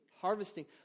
harvesting